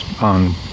on